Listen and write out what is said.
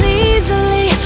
easily